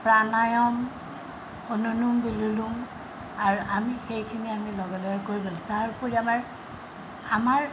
প্ৰাণায়ম অনুলোম বিলুলোম আৰু আমি সেইখিনি আমি লগে লগে কৰিব লাগিব তাৰোপৰি আমাৰ আমাৰ